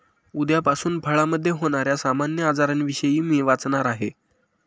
उद्यापासून फळामधे होण्याऱ्या सामान्य आजारांविषयी मी वाचणार आहे